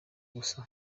gusa